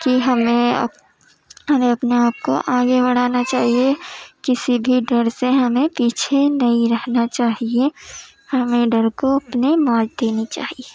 کہ ہمیں ہمیں اپنے آپ کو آگے بڑھانا چاہیے کسی بھی ڈر سے ہمیں پیچھے نہیں رہنا چاہیے ہمیں ڈر کو اپنے مات دینی چاہیے